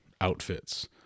outfits